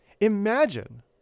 Imagine